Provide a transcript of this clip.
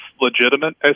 legitimate